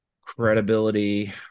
credibility